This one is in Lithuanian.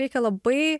reikia labai